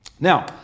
Now